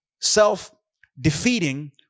self-defeating